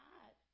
God